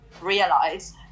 realize